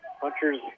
Punchers